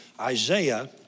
Isaiah